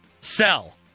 sell